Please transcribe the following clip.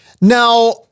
Now